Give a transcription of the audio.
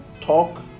talk